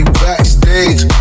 backstage